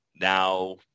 now